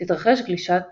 תתרחש גלישה מחסנית.